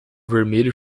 vermelho